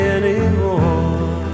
anymore